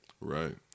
Right